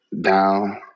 down